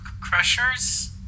Crusher's